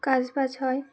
কাজ বাজ হয়